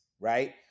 right